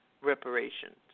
reparations